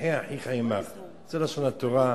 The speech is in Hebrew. זה לשון התורה,